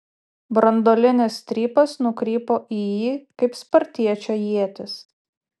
branduolinis strypas nukrypo į jį kaip spartiečio ietis